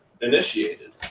initiated